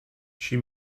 she